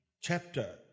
chapter